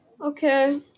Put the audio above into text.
Okay